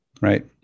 right